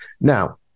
Now